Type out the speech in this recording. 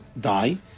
die